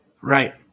Right